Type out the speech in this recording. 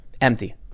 Empty